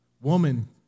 Woman